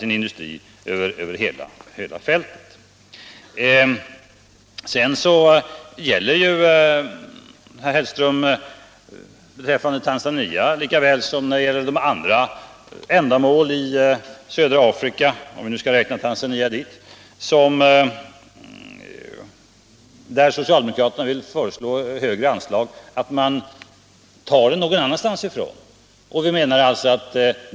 När det gäller Tanzania lika väl som när det gäller andra ändamål i södra Afrika, där socialdemokraterna vill föreslå högre anslag, är det på det sättet att man tar någon annanstans ifrån.